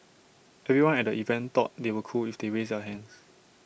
everyone at the event thought they were cool if they raised their hands